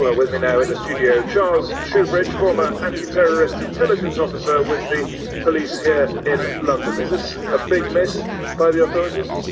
with me now in the studio charles shoebridge, former anti-terrorist intelligence officer with the police here in london. is this a big miss by the authorities?